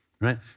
right